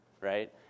right